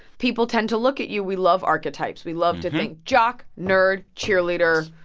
people tend to look at you we love archetypes. we love to think jock, nerd, cheerleader,